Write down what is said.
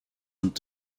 und